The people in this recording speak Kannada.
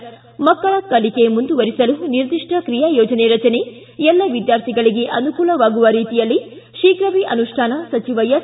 ು ಮಕ್ಕಳ ಕಲಿಕೆ ಮುಂದುವರಿಸಲು ನಿರ್ದಿಷ್ಟ ಕ್ರಿಯಾಯೋಜನೆ ರಚನೆ ಎಲ್ಲ ವಿದ್ಯಾರ್ಥಿಗಳಿಗೆ ಅನುಕೂಲವಾಗುವ ರೀತಿಯಲ್ಲಿ ಶೀಫ್ರವೇ ಅನುಷ್ಠಾನ ಸಚಿವ ಎಸ್